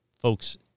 folks